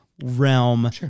Realm